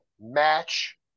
match